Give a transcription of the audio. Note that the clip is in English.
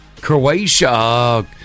Croatia